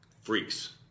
freaks